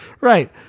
right